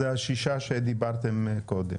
זה הששה שדיברתם קודם